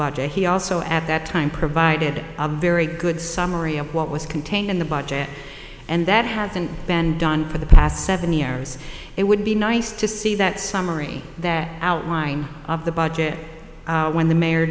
budget he also at that time provided a very good summary of what was contained in the budget and that hasn't been done for the past seventy years it would be nice to see that summary outline of the budget when the mayor